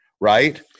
right